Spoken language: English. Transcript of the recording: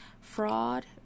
fraud